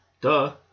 Duh